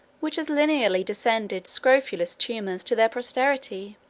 which has lineally descended scrofulous tumours to their posterity.